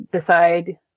decide